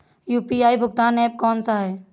UPI भुगतान app कौन सा है?